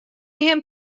him